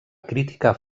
criticar